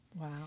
Wow